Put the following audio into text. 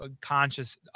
conscious